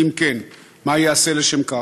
2. אם כן, מה ייעשה לשם כך?